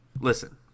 listen